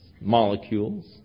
molecules